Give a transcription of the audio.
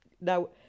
now